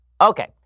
Okay